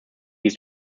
ist